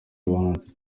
abahanzi